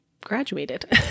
graduated